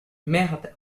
merde